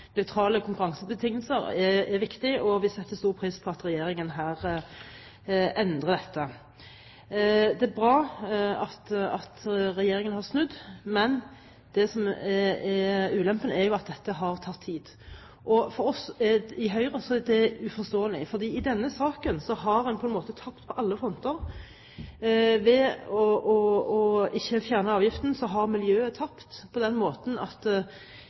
nøytrale konkurransebetingelser er viktig, og vi setter stor pris på at regjeringen her endrer dette. Det er bra at regjeringen har snudd, men ulempen er at dette har tatt tid. For oss i Høyre er det uforståelig, for i denne saken har en på en måte tapt på alle fronter. Ved ikke å fjerne avgiften har miljøet tapt på den måten at